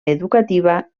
educativa